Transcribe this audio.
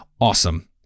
awesome